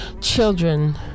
children